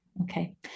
okay